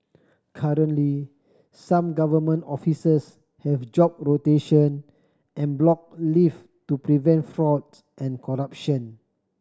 currently some government offices have job rotation and block leave to prevent fraud and corruption